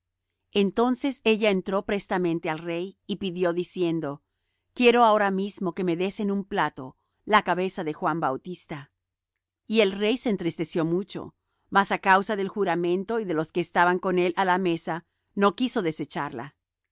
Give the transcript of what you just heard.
entonces ella entró prestamente al rey y pidió diciendo quiero que ahora mismo me des en un plato la cabeza de juan bautista y el rey se entristeció mucho mas á causa del juramento y de los que estaban con él á la mesa no quiso desecharla